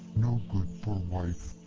no good for wife.